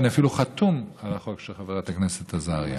ואני אפילו חתום על החוק של חברת הכנסת עזריה.